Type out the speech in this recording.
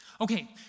Okay